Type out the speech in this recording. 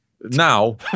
now